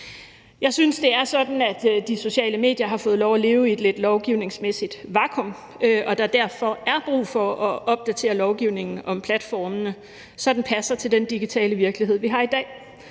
Jeg synes, det er sådan, at de sociale medier har fået lov at leve lidt i et lovgivningsmæssigt vakuum, og at der derfor er brug for at opdatere lovgivningen om platformene, så den passer til den digitale virkelighed, vi har i dag.